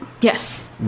Yes